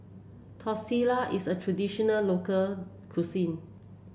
tortillas is a traditional local cuisine